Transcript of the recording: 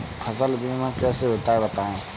फसल बीमा कैसे होता है बताएँ?